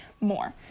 more